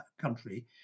country